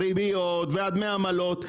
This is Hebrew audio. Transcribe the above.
הריביות ודמי העמלות,